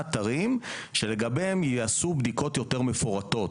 אתרים שלגביהם ייעשו בדיקות יותר מפורטות,